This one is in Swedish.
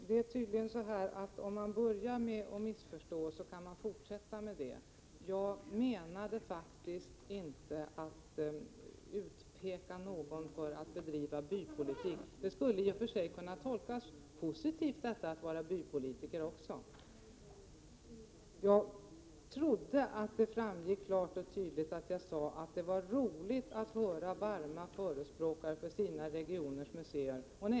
Herr talman! Om man börjar missförstå kan man tydligen fortsätta med det. Jag avsåg faktiskt inte att beskylla någon för att bedriva bypolitik — ett ord som i och för sig också skulle kunna tolkas positivt. Jag trodde att det framgick klart och tydligt att jag ansåg att det var roligt att höra varma förespråkare för sina regioners museer.